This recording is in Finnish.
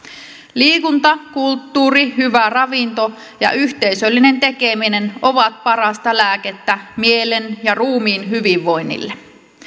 liikunta kulttuuri hyvä ravinto ja yhteisöllinen tekeminen ovat parasta lääkettä mielen ja ruumiin hyvinvoinnille